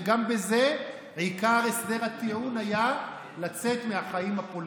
וגם בזה עיקר הסדר הטיעון היה לצאת מהחיים הפוליטיים.